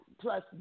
Plus